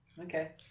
okay